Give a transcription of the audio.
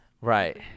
Right